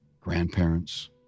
grandparents